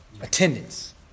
Attendance